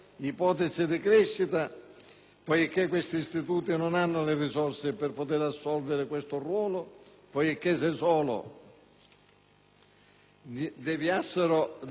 poiché questi istituti non hanno le risorse per assolvere tale ruolo: infatti, se solo deviassero dai loro comportamenti